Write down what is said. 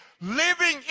living